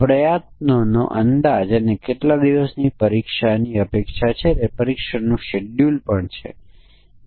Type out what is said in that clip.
તેથી જો તમે નકારાત્મક પરીક્ષણના કેસો પર વિચાર કરો છો અને 101 અને 0 નો પણ વિચાર કરવો પડશે